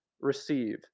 receive